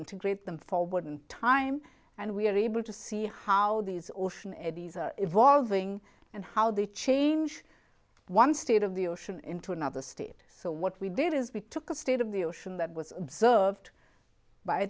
integrate them forward in time and we're able to see how these ocean eddies are evolving and how they change one state of the ocean into another state so what we did is we took a state of the ocean that was observed by